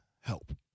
help